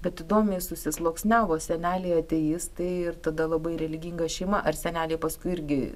bet įdomiai susisluoksniavo seneliai ateistai ir tada labai religinga šeima ar seneliai paskui irgi